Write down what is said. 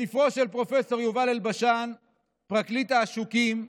בספרו של פרופ' יובל אלבשן "פרקליטי העשוקים"